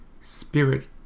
Spirit